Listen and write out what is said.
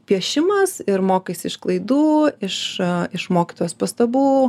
piešimas ir mokaisi iš klaidų iš iš mokytojos pastabų